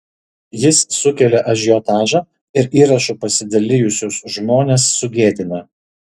jis sukelia ažiotažą ir įrašu pasidalijusius žmones sugėdina